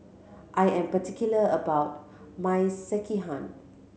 I am particular about my Sekihan